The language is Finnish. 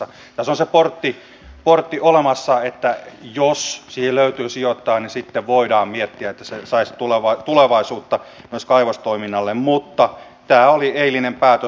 tässä on se portti olemassa että jos siihen löytyy sijoittaja niin sitten voidaan miettiä että se saisi tulevaisuutta myös kaivostoiminnalle mutta tämä oli eilinen päätös